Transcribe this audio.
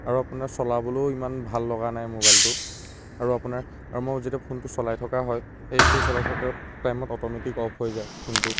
আৰু আপোনাৰ চলাবলৈও ইমান ভাল লগা নাই মোবাইলটো আৰু আপোনাৰ আৰু মই যেতিয়া ফোনটো চলাই থকা হয় এই সেই চলাই থকাৰ টাইমত অট'মেটিক অফ হৈ যায় ফোনটো